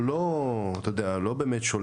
השתחררתי,